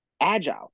agile